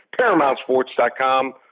ParamountSports.com